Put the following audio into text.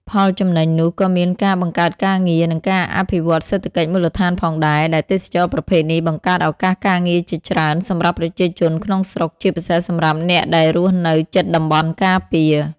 ផលចំណេញនោះក៏មានការបង្កើតការងារ និងការអភិវឌ្ឍសេដ្ឋកិច្ចមូលដ្ឋានផងដែរ ដែលទេសចរណ៍ប្រភេទនេះបង្កើតឱកាសការងារជាច្រើនសម្រាប់ប្រជាជនក្នុងស្រុក ជាពិសេសសម្រាប់អ្នកដែលរស់នៅជិតតំបន់ការពារ។